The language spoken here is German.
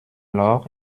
loch